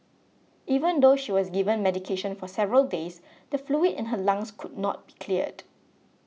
even though she was given medication for several days the fluid in her lungs could not be cleared